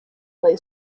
lay